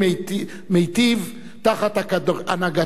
תחת הנהגתו של הנשיא אואטארה.